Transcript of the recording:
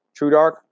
TrueDark